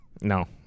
No